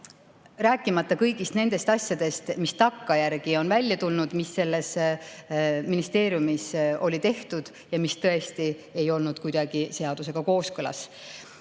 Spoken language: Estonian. Rääkimata kõigist nendest asjadest, mis takkajärgi on välja tulnud, mis selles ministeeriumis oli tehtud ja mis tõesti ei olnud kuidagi seadusega kooskõlas. Täna